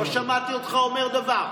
לא שמעתי אותך אומר דבר.